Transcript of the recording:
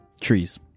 Trees